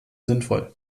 sinnvoll